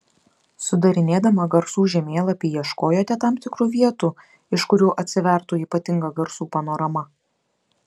sudarinėdama garsų žemėlapį ieškojote tam tikrų vietų iš kurių atsivertų ypatinga garsų panorama